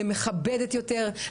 למכבדת יותר,